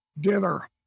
Dinner